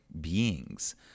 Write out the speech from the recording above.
beings